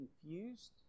confused